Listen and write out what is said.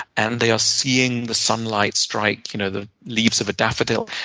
and they are seeing the sunlight strike you know the leaves of a daffodil.